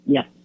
Yes